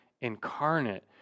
incarnate